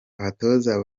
abatoza